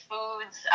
Foods